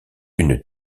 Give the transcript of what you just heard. une